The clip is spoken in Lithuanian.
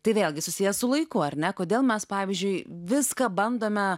tai vėlgi susiję su laiku ar ne kodėl mes pavyzdžiui viską bandome